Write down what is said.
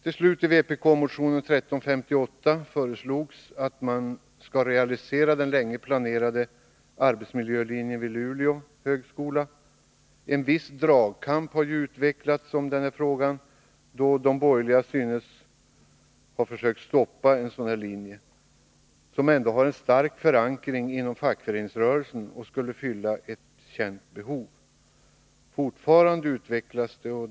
I vpk-motionen 1538 föreslogs att man nu skall realisera den länge planerade arbetsmiljölinjen vid Luleå högskola. En viss dragkamp har utvecklats i denna fråga, då de borgerliga försökte stoppa en sådan linje, som har en stark förankring inom fackföreningsrörelsen och skulle fylla ett känt behov.